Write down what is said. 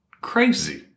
crazy